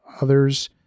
Others